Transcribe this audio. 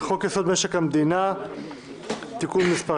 הקריאות: 1. הצעת חוק יסוד: משק מדינה (תיקון מס'